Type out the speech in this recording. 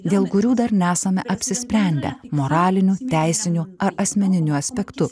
dėl kurių dar nesame apsisprendę moraliniu teisiniu ar asmeniniu aspektu